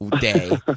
day